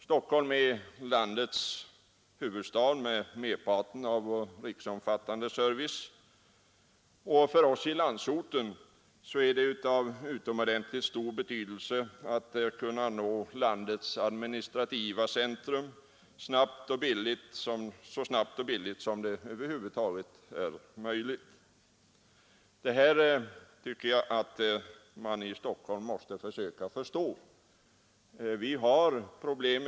Stockholm är landets huvudstad med merparten av vår riksomfattande service, och för oss i landsorten är det av utomordentligt stor betydelse att kunna nå landets administrativa centrum så snabbt och billigt som det över huvud taget är möjligt. Detta måste man försöka förstå i Stockholm.